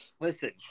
Listen